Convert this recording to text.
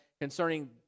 concerning